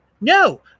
No